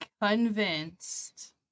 convinced